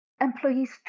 Employees